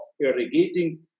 irrigating